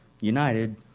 united